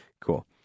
Cool